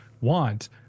want